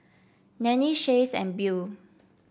Nannie Chace and Beau